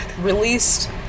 released